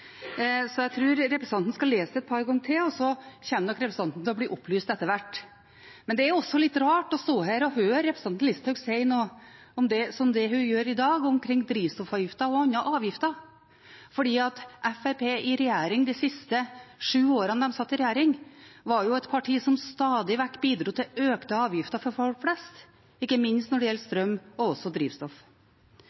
Så jeg tror representanten skal lese det et par ganger til, og så kommer nok representanten til å bli opplyst etter hvert. Men det er også litt rart å høre representanten Listhaug si det hun sier i dag om drivstoffavgiften og andre avgifter, for i de sju årene Fremskrittspartiet satt i regjering, var de et parti som stadig vekk bidro til økte avgifter for folk flest, ikke minst når det gjelder